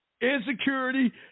Insecurity